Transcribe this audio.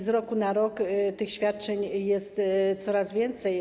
Z roku na rok tych świadczeń jest coraz więcej.